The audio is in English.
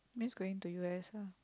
miss going to u_s ah